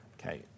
okay